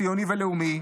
ציוני ולאומי,